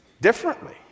differently